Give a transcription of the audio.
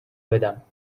بدم